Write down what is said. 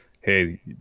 hey